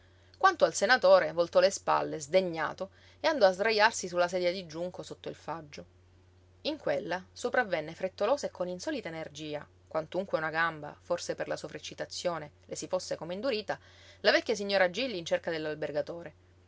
quanto al senatore voltò le spalle sdegnato e andò a sdrajarsi su la sedia di giunco sotto il faggio in quella sopravvenne frettolosa e con insolita energia quantunque una gamba forse per la sovreccitazione le si fosse come indurita la vecchia signora gilli in cerca